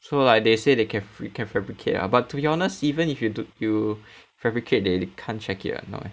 so like they say they ca~ you can fabricate lah but to be honest even if you you fabricate they can't check it not no meh